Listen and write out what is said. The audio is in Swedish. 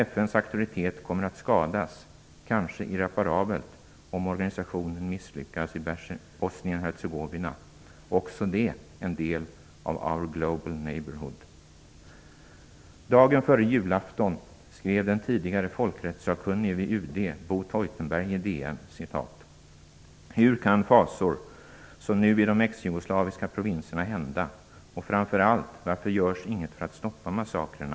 FN:s auktoritet kommer att skadas, kanske irreparabelt, om organisationen misslyckas i Bosnien-Hercegovina, också det en del av "Our Global Neighbourhood". Dagen före julafton skrev den tidigare folkrättssakkunnige vid UD, Bo J. Theutenberg, i DN: "Hur kan fasor som nu i de ex-Jugoslaviska provinserna hända? Och framför allt varför görs inget för att stoppa massakrerna.